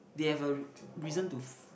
they have a reason to